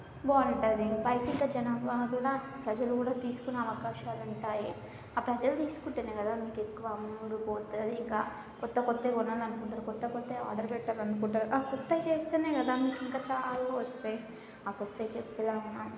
బాగుంటుంది అయితే ఇంకా జనాభా కూడా ప్రజలు కూడా తీసుకునే అవకాశాలు ఉంటాయి ఆ ప్రజలు తీసుకుంటే కదా మీకు ఎక్కువ అమ్ముడు పోతుంది ఇంకా కొత్త కొత్తవి కొనాలి అనుకుంటారు కొత్త కొత్తవి ఆర్డర్ పెట్టాలనుకుంటారు కొత్తవి చేస్తేనే కదా మీకు ఇంకా చాలా వస్తాయి ఆ కొత్తవి చెప్పే దాని